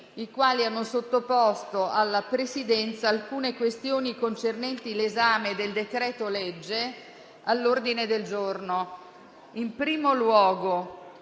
i quali hanno sottoposto alla Presidenza alcune questioni concernenti l'esame del decreto-legge all'ordine del giorno. In primo luogo,